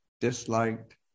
disliked